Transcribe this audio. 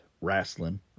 wrestling